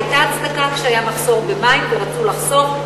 הייתה הצדקה כשהיה מחסור במים ורצו לחסוך,